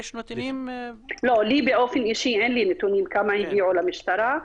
לי באופן אישי אין נתונים כמה הגיעו למשטרה.